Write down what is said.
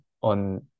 on